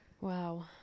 Wow